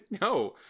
no